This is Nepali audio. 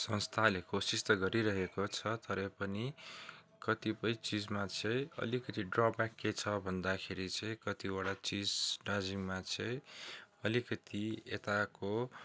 संस्थाहरूले कोसिस त गरिरहेको छ तर पनि कतिपय चिजमा चाहिँ अलिकति ड्र ब्याक के छ भन्दाखेरि चाहिँ कतिवटा चिज दार्जिलिङमा चाहिँ अलिकति यताको